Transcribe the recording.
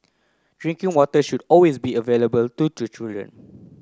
drinking water should always be available to children